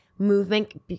movement